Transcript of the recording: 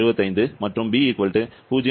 175 மற்றும் b 0